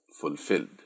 fulfilled